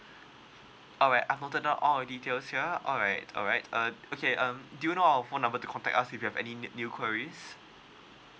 alright I've noted down all of your details ya alright alright uh okay um do you know our phone number to contact us if you have any new queries